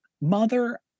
mother